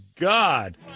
God